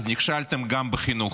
אז נכשלתם גם בחינוך.